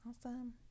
awesome